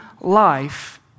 life